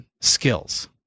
Skills